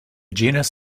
genus